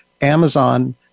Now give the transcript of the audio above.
Amazon